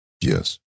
yes